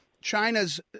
China's